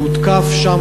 שהותקף שם,